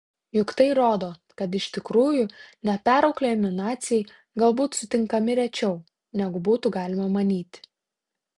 juk tai rodo kad iš tikrųjų neperauklėjami naciai galbūt sutinkami rečiau negu būtų galima manyti